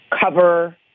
cover